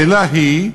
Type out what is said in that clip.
השאלה היא,